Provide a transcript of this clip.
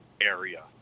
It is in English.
area